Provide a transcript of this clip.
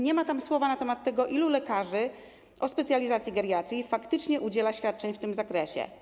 Nie ma tam słowa na temat tego, ilu lekarzy - specjalistów geriatrii faktycznie udziela świadczeń w tym zakresie.